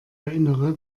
erinnere